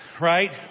Right